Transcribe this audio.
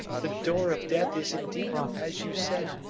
the door of death is indeed, as you said,